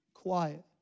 quiet